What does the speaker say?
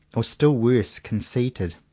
or, still worse, con ceited?